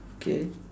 okay